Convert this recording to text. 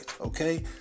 okay